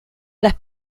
las